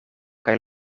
kaj